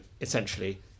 essentially